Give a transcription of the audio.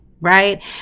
right